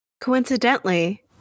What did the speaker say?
Coincidentally